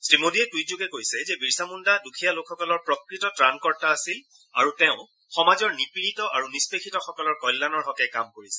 শ্ৰীমোদীয়ে টুইটযোগে কৈছে যে বীৰছা মুণ্ডা দুখীয়া লোকসকলৰ প্ৰকৃত ত্ৰাণকৰ্তা আছিল আৰু তেওঁ সমাজৰ নিপিডিত আৰু নিষ্পেষিতসকলৰ কল্যাণৰ হকে কাম কৰিছিল